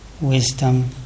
wisdom